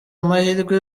amahirwe